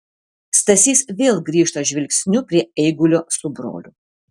stasys vėl grįžta žvilgsniu prie eigulio su broliu